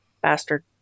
bastard